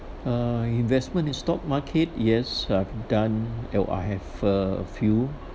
uh investment in stock market yes I've done uh I have a few